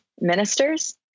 ministers